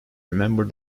remember